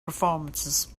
performances